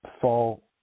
fall